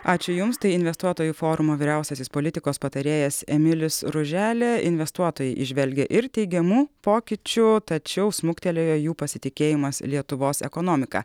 ačiū jums tai investuotojų forumo vyriausiasis politikos patarėjas emilis ruželė investuotojai įžvelgia ir teigiamų pokyčių tačiau smuktelėjo jų pasitikėjimas lietuvos ekonomika